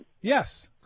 Yes